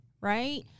right